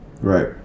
Right